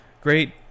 great